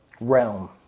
realm